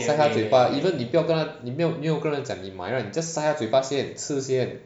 塞他嘴巴 even 你不要跟他你没有跟人讲你买 right just 塞他嘴巴先吃先